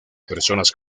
personas